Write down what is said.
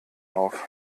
auf